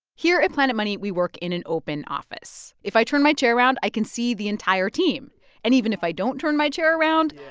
here at planet money, we work in an open office. if i turn my chair around, i can see the entire team and even if i don't turn my chair around,